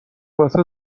واسه